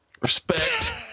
respect